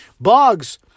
bugs